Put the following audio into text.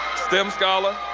stem scholar,